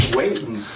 waiting